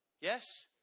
Yes